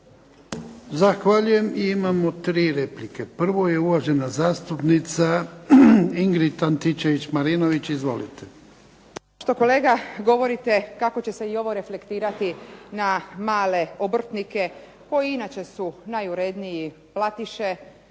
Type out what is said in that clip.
Zahvaljujem. Imamo tri replike. Prvo je uvažena zastupnica Ingrid Antičević Marinović. Izvolite. **Antičević Marinović, Ingrid (SDP)** Što kolega govorite kako će se i ovo reflektirati na male obrtnike, koji inače su najuredniji platiše,